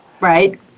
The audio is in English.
Right